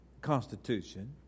Constitution